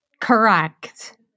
Correct